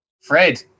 Fred